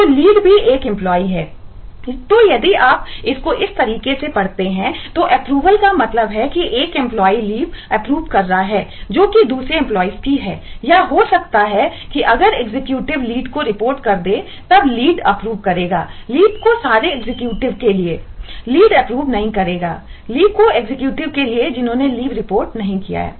तो यदि आप इसको इस तरीके से पढ़ते हैं तो अप्रूवल को रिपोर्ट नहीं किया है